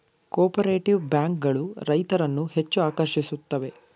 cooperative bank ಗಳು ರೈತರನ್ನು ಹೆಚ್ಚು ಆಕರ್ಷಿಸುತ್ತವೆ